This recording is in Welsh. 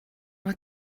mae